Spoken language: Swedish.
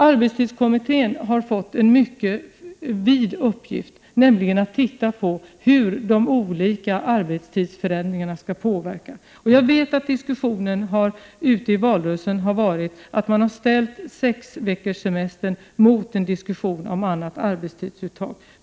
Arbetstidskommittén har fått en mycket vid uppgift, nämligen att se på hur de olika arbetstidsförändringarna skall påverka. Jag vet att diskussionen ute i valrörelsen har varit att man har ställt sexveckorssemestern mot en diskussion om annat arbetstidsuttag.